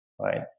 right